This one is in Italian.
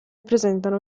presentano